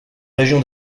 région